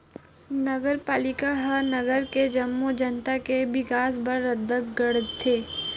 नगरपालिका ह नगर के जम्मो जनता के बिकास बर रद्दा गढ़थे